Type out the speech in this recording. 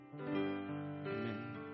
Amen